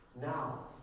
Now